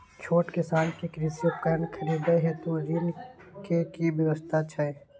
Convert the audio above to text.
छोट किसान के कृषि उपकरण खरीदय हेतु ऋण के की व्यवस्था छै?